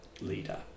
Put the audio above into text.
Leader